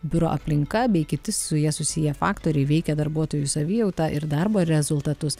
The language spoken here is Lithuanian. biuro aplinka bei kiti su ja susiję faktoriai veikia darbuotojų savijautą ir darbo rezultatus